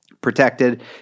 protected